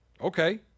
okay